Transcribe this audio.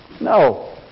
No